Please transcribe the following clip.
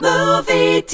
Movie